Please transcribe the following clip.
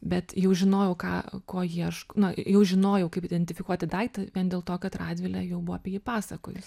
bet jau žinojau ką ko iešk na jau žinojau kaip identifikuoti daiktą vien dėl to kad radvilė jau buvo apie jį pasakojus